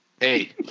Hey